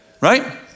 Right